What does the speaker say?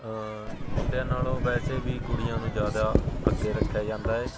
ਮੁੰਡਿਆਂ ਨਾਲੋਂ ਵੈਸੇ ਵੀ ਕੁੜੀਆਂ ਨੂੰ ਜ਼ਿਆਦਾ ਅੱਗੇ ਰੱਖਿਆ ਜਾਂਦਾ ਏ